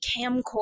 camcorder